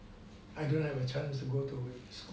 I don't have a chance to go to school